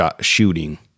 shooting